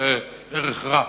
זה ערך רע.